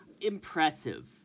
impressive